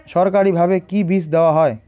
সরকারিভাবে কি বীজ দেওয়া হয়?